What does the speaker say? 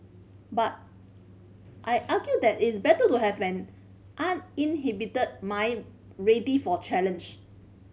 but I argue that is better to have an uninhibited mind ready for challenge